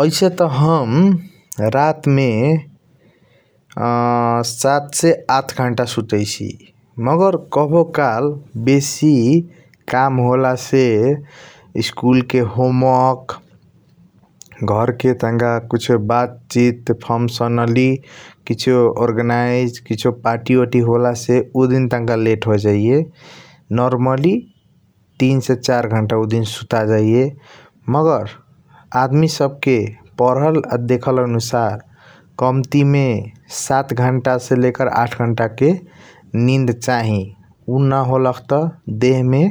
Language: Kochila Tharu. आइसे त हम रात मे सात से आठ घण्ट सुताईसी मगर काबों कल बेसी काम होला से स्कूल के होमवर्क घर के तनक किसियों बात चित फुँकटीऑनली कसियों । अर्गनाइज़ कसियों पार्टी ओटी हॉल से उ दिन तनक लेट होजाइया नर्मली तीन से चार घण्टा उ दिन सूत जाइया मगर आदमी सब के पढल आ देखल आनुसार कमती मे सात घण्टा से । लेकर आठ घण्टा के नींद चाही उ न होलख त देह मे